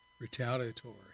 retaliatory